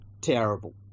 terrible